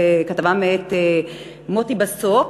בכתבה מאת מוטי בסוק,